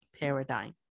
paradigm